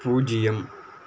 பூஜ்ஜியம்